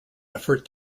effort